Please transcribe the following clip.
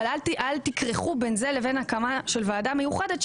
אבל אל תכרכו בין זה לבין הקמה של ועדה מיוחדת,